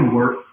work